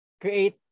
create